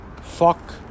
fuck